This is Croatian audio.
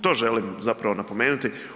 To želim zapravo napomenuti.